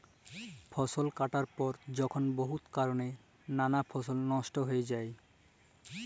ফসল কাটার পর যখল বহুত কারলে ম্যালা ফসল লস্ট হঁয়ে যায়